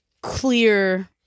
clear